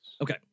Okay